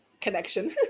connection